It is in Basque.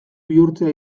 bihurtzea